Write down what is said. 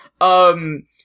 um-